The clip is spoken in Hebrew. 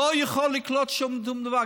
לא יכול לקלוט שם שום דבר.